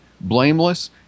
blameless